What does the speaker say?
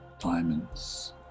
diamonds